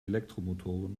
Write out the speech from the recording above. elektromotor